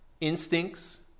instincts